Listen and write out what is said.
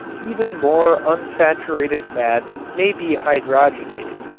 even more unsaturated fats may be hydrogenated.